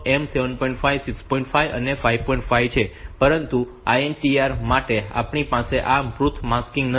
5 છે પરંતુ INTR માટે આપણી પાસે આ પૃથક માસ્કિંગ નથી